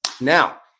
Now